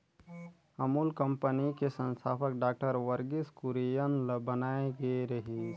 Amul company के संस्थापक doctor Verghese Kurien ल बनाए गे रिहिस